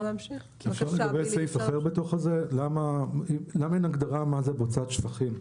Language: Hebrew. למה אין הגדרה מה זה בוצת שפכים?